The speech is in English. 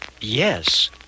Yes